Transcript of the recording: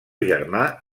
germà